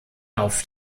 auf